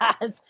Yes